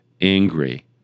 angry